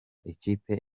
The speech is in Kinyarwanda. ikipe